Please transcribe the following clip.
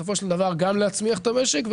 להצמיח את המשק,